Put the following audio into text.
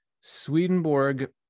Swedenborg